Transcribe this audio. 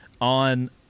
on –